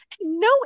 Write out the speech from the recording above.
No